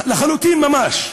לחלוטין, ממש.